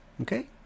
Okay